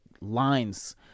lines